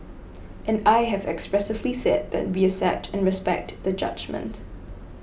and I have expressively said that we accept and respect the judgement